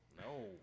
No